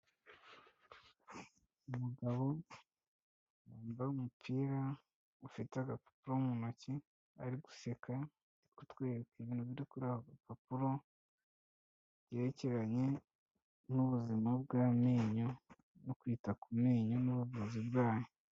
Umugabo wambaye umupira ufite agapapuro mu ntoki ari guseka, ari kutwereka ibintu biri kuri ako gapapuro byerekeranye n'ubuzima bw'amenyo no kwita ku menyo n'ubuvuzi bwayo.